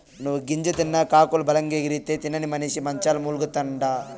నువ్వు గింజ తిన్న కాకులు బలంగెగిరితే, తినని మనిసి మంచంల మూల్గతండా